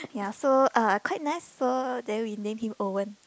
ya so uh quite nice so then we name him Owen